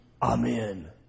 Amen